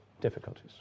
difficulties